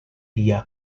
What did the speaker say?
dia